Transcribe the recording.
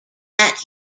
bat